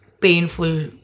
painful